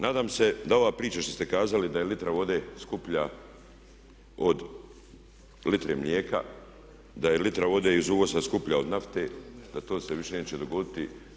Nadam se da ova priča što ste kazali da je litra vode skuplja od litre mlijeka, da je litra vode iz uvoza skuplja od nafte, da to se više neće dogoditi.